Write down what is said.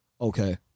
okay